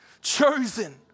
Chosen